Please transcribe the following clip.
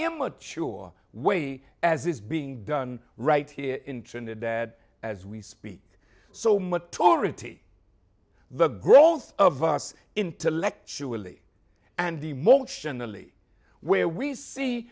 immature way as is being done right here in trinidad as we speak so much torah to the growth of us intellectually and emotionally where we see